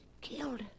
killed